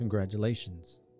Congratulations